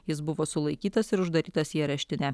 jis buvo sulaikytas ir uždarytas į areštinę